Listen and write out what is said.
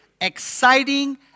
exciting